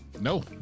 No